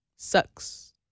Sucks